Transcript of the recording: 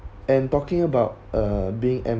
and talking about uh being m~